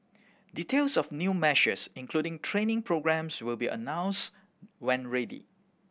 details of new measures including training programmes will be announced when ready